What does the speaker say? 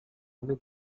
homem